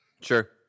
Sure